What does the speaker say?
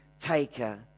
taker